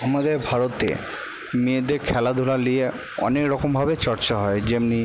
আমাদের ভারতে মেয়েদের খেলাধুলা নিয়ে অনেক রকমভাবে চর্চা হয় যেমন